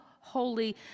holy